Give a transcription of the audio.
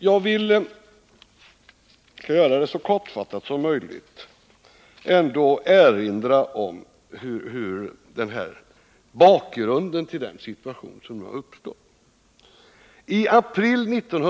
Jag vill så kortfattat som möjligt erinra om bakgrunden till den situation som uppstått.